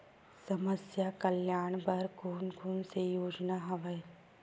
समस्या कल्याण बर कोन कोन से योजना हवय?